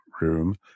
room